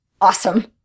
Awesome